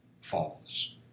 falls